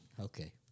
Okay